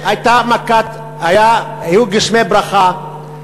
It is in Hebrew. היו גשמי ברכה,